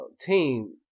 team